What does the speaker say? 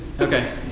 Okay